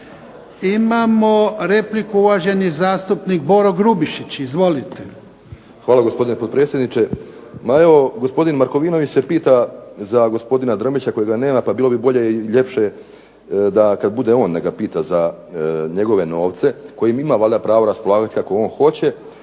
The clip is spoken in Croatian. Imamo repliku, uvaženi zastupnik Boro Grubišić. Izvolite. **Grubišić, Boro (HDSSB)** Hvala gospodine potpredsjedniče. Ma evo gosopdin Markovinović se pita za gospodina Drmića kojega nema, pa bilo bi bolje i ljepše da kad bude on nek ga pita za njegove novce, kojim ima valjda pravo raspolagati kako on hoće,